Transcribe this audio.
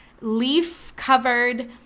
leaf-covered